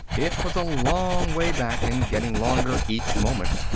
it was a long way back, and getting longer each moment.